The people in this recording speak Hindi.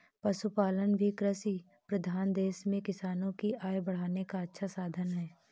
पशुपालन भी कृषिप्रधान देश में किसानों की आय बढ़ाने का अच्छा साधन है